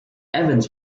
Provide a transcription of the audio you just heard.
evans